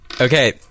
Okay